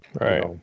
Right